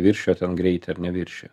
viršijo greitį ar neviršijo